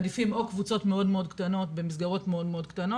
מעדיפים או קבוצות מאוד מאוד קטנות במסגרות מאוד מאוד קטנות,